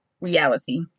reality